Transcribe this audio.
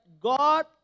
God